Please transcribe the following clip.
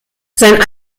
sein